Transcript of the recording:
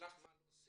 לך מה להוסיף?